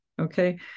Okay